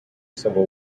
civil